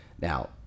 Now